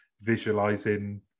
visualizing